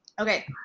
Okay